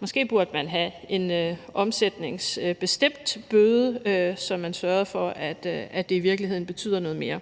Måske burde man have en omsætningsbestemt bøde, så man sørgede for, at det i virkeligheden betød noget mere.